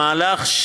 המהלך,